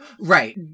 right